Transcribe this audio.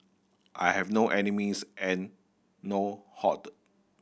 I have no enemies and no